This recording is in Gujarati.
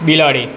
બિલાડી